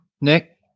Nick